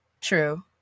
true